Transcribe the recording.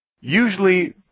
usually